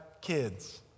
kids